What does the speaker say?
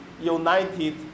united